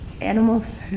animals